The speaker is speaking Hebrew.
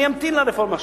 ואני אמתין לרפורמה שלך.